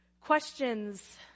questions